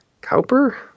Cowper